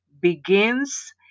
begins